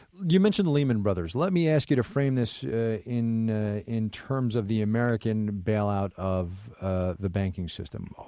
you mentioned lehman brothers. let me ask you to frame this in in terms of the american bailout of the banking system.